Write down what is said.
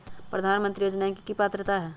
प्रधानमंत्री योजना के की की पात्रता है?